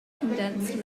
condensed